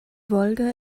wolga